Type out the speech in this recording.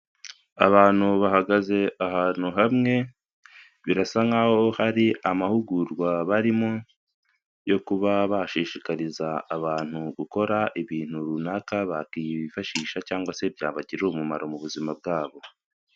Abantu bahagaze ahantu hamwe birasa nkaho hari amahugurwa barimo, yo kuba bashishikariza abantu gukora ibintu runaka bakifashisha cyangwa se byabagirira umumaro mu buzima bwabo.